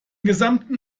gesamten